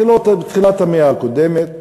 בתחילת המאה הקודמת,